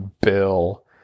bill